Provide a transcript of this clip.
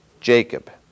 Jacob